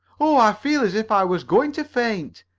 oh! i feel as if i was going to faint!